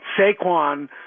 saquon